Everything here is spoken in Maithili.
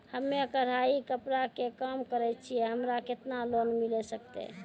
हम्मे कढ़ाई कपड़ा के काम करे छियै, हमरा केतना लोन मिले सकते?